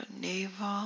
navel